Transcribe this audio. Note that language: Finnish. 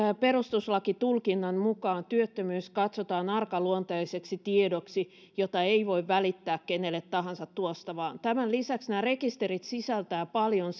perustuslakitulkinnan mukaan työttömyys katsotaan arkaluonteiseksi tiedoksi jota ei voi välittää kenelle tahansa tuosta vain tämän lisäksi nämä rekisterit sisältävät paljon